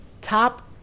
top